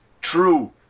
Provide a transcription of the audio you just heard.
true